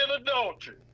adultery